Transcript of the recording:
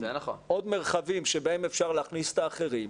עוד מרחבים שבהם אפשר להכניס את האחרים.